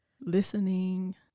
listening